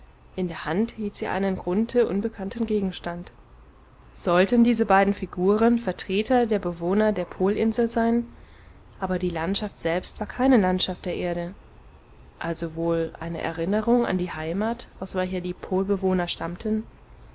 in der hand hielt sie einen grunthe unbekannten gegenstand sollten diese beiden figuren vertreter der bewohner der polinsel sein aber die landschaft selbst war keine landschaft der erde also wohl eine erinnerung an die heimat aus welcher die polbewohner stammten